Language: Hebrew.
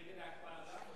את נגד ההקפאה גם?